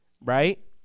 right